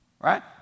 Right